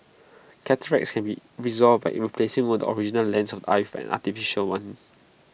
cataracts can be resolved by IT replacing the original lens of eye with an artificial one